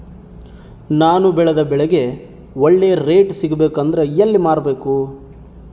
ನಾನು ಬೆಳೆದ ಬೆಳೆಗೆ ಒಳ್ಳೆ ರೇಟ್ ಸಿಗಬೇಕು ಅಂದ್ರೆ ಎಲ್ಲಿ ಮಾರಬೇಕು?